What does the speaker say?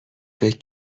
فکر